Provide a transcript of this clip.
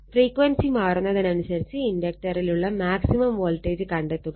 frequency മാറുന്നതിനനുസരിച്ച് ഇൻഡക്റ്ററിലുള്ള maximum voltage കണ്ടെത്തുക